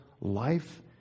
life